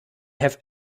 have